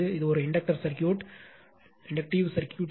இது ஒரு inductance circuit எனவே 8 j 6